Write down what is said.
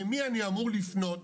למי אני אמור לפנות?